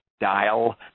dial